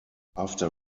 after